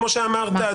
כמו שאמרת,